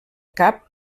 cap